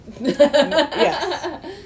Yes